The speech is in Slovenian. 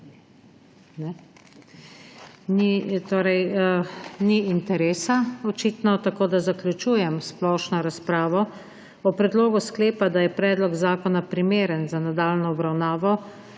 ni interesa, tako da zaključujem splošno razpravo. O predlogu sklepa, da je predlog zakona primeren za nadaljnjo obravnavo,